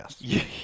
yes